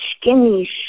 skinny